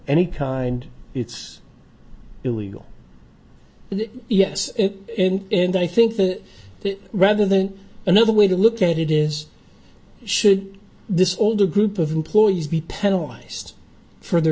any kind it's illegal yes and i think that rather than another way to look at it is should this older group of employees be penalize for their